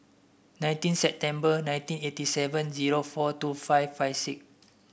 nineteen September nineteen eighty seven zero four two five five six